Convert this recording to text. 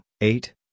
eight